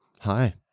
Hi